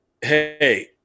hey